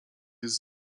jest